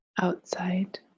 Outside